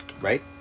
right